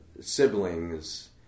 siblings